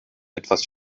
etwas